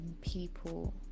people